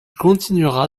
continuera